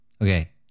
Okay